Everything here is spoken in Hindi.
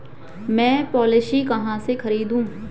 मैं पॉलिसी कहाँ से खरीदूं?